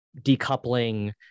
decoupling